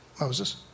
Moses